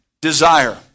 desire